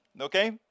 Okay